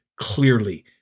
clearly